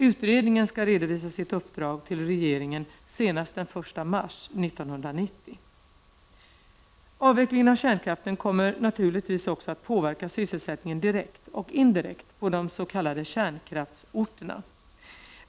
Utredningen skall redovisa sitt uppdrag till regeringen senast den 1 mars 1990. Avvecklingen av kärnkraften kommer naturligtvis också att påverka sysselsättningen direkt och indirekt på de s.k. kärnkraftsorterna.